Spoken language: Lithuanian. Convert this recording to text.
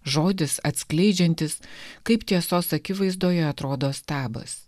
žodis atskleidžiantis kaip tiesos akivaizdoje atrodo stabas